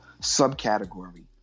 subcategory